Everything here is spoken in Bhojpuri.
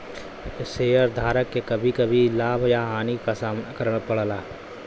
शेयरधारक के कभी कभी लाभ या हानि क सामना करना पड़ला